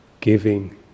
giving